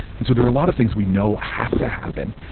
and so there are a lot of things we know have to happen,